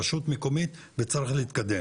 רשות מקומית וצריך להתקדם.